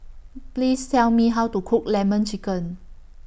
Please Tell Me How to Cook Lemon Chicken